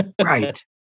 Right